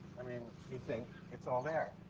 i mean you'd think it's all there.